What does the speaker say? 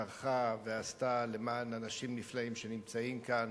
טרחה ועשתה למען אנשים נפלאים שנמצאים כאן.